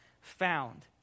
found